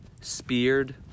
Speared